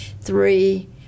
three